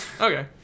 Okay